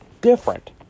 different